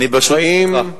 אני, ברשותך,